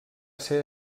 ser